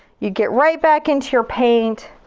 you get right back into your paint.